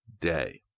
day